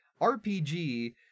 RPG